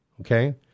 Okay